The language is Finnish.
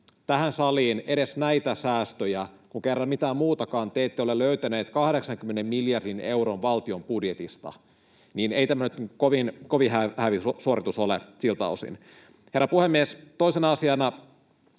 tähän saliin edes näitä säästöjä. Kun kerran mitään muutakaan te ette ole löytäneet 80 miljardin euron valtion budjetista, niin ei tämä nyt kovin häävi suoritus ole siltä osin. Herra puhemies! Toisena asiana